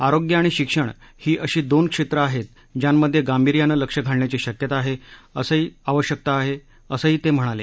आरोग्य आणि शिक्षण ही अशी दोन क्षेत्रं आहे ज्यांमध्ये गांभीर्यानं लक्ष घालण्याची आवश्यकता आहे असंही ते म्हणाले